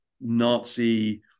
Nazi